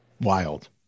Wild